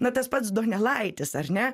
na tas pats donelaitis ar ne